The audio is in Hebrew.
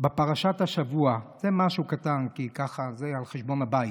ובזה לסיים, זה משהו קטן, על חשבון הבית.